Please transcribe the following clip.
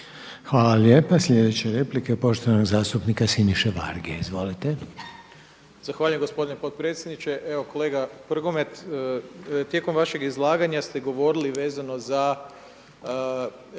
Hvala lijepo. Sljedeća replika je poštovanog zastupnika Siniše Varge. Izvolite. **Varga, Siniša (SDP)** Zahvaljujem gospodine potpredsjedniče. Evo kolega Prgomet, tijekom vašeg izlaganja ste govorili vezano za